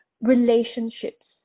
relationships